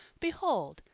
behold,